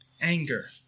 Anger